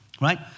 right